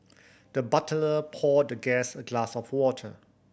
the butler poured the guest a glass of water